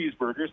cheeseburgers